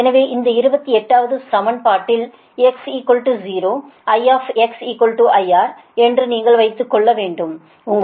எனவே இந்த 28 வது சமன்பாட்டில் x 0 I IR என்று நீங்கள் வைக்கும்போது